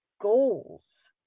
goals